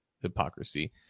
hypocrisy